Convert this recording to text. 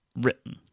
written